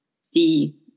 see